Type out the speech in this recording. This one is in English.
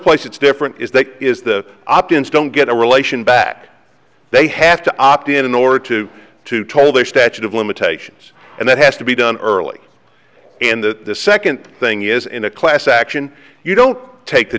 place it's different is that is the options don't get a relation back they have to opt in in order to to toll the statute of limitations and that has to be done early and the second thing is in a class action you don't take the